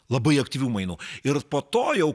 labai aktyvių mainų ir po to jau kalba kad